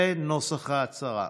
וזה נוסח ההצהרה: